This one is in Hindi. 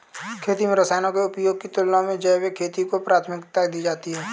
खेती में रसायनों के उपयोग की तुलना में जैविक खेती को प्राथमिकता दी जाती है